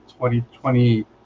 2020